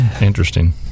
Interesting